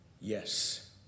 Yes